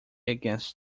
against